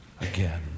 again